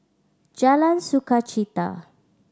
Jalan Sukachita